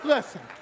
Listen